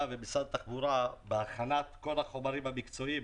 ומשרד התחבורה בהכנת כל החומרים המקצועיים,